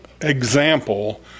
example